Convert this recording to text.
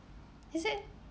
is it